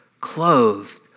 clothed